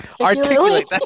articulate